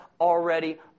already